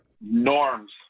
Norms